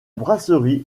brasserie